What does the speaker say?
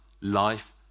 life